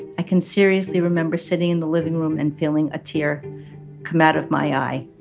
i can seriously remember sitting in the living room and feeling a tear come out of my eye.